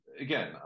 again